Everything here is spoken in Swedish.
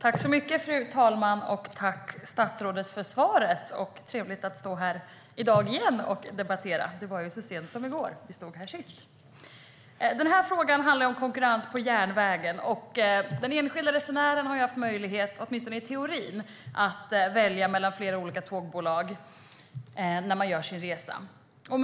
Fru talman! Tack, statsrådet, för svaret! Det är trevligt att stå här igen och debattera. Vi stod ju här så sent som i går. Frågan handlar om konkurrens på järnvägen. Den enskilda resenären har haft möjlighet, åtminstone i teorin, att välja mellan flera olika tågbolag när hon eller han gjort sin resa.